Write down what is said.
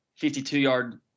52-yard